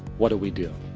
what do we do?